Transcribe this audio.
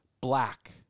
black